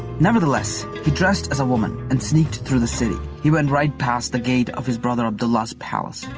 nevertheless, he dressed as a woman and sneaked through the city. he went right past the gate of his brother abdullah's palace,